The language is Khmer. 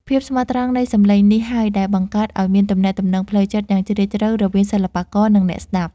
ភាពស្មោះត្រង់នៃសម្លេងនេះហើយដែលបង្កើតឱ្យមានទំនាក់ទំនងផ្លូវចិត្តយ៉ាងជ្រាលជ្រៅរវាងសិល្បករ និងអ្នកស្ដាប់។